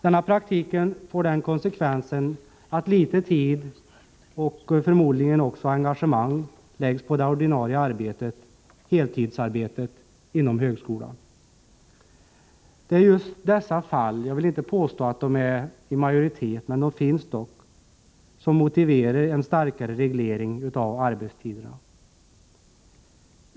Denna praktik får den konsekvensen att litet tid och förmodligen litet engagemang läggs på det ordinarie arbetet, heltidsarbetet, inom högskolan. Det är just dessa fall — jag vill inte påstå att de är i majoritet, men de finns — som motiverar en starkare reglering av arbetstiderna.